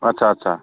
आस्सा आस्सा